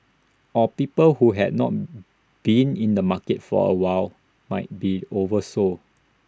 or people who had not been in the market for A while might be oversold